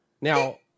Now